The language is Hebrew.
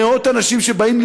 מאות אנשים שבאים,